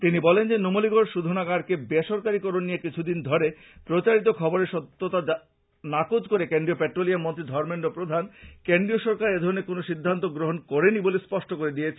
তিনি বলেন যে নুমলীগড় শোধানাগারকে বে সরকারীকরন নিয়ে কিছুদিন ধরে প্রচারিত খবরের সত্যতা নাকচ করে কেন্দ্রীয় পেট্রোলিয়াম মন্ত্রী ধর্মেন্দ্র প্রধান কেন্দ্রীয় সরকার এধরনের কোন সিদ্ধান্ত গ্রহন করে নি বলে সম্পষ্ট করে দিয়েছেন